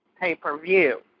pay-per-view